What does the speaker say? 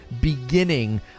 beginning